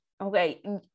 okay